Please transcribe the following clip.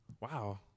Wow